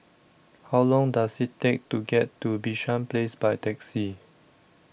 How Long Does IT Take to get to Bishan Place By Taxi